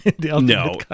no